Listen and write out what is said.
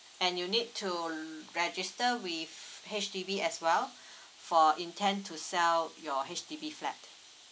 and you need to register with H_D_B as well for intent to sell your H_D_B flat